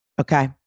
Okay